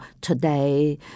today